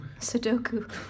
Sudoku